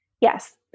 Yes